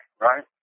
right